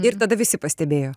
ir tada visi pastebėjo